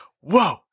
whoa